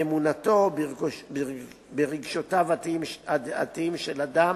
באמונתו או ברגשותיו הדתיים של אדם,